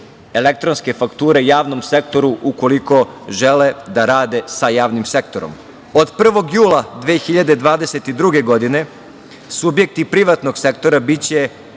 elektronske fakture javnom sektoru, ukoliko žele da rade sa javnim sektorom. Od 1. jula 2022. godine subjekti privatnog sektora biće